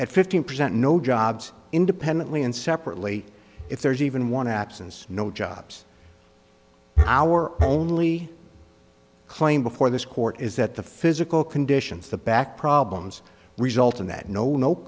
at fifteen percent no jobs independently and separately if there's even one absence no jobs our only claim before this court is that the physical conditions the back problems result in that no